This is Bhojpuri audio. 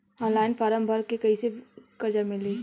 ऑनलाइन फ़ारम् भर के कैसे कर्जा मिली?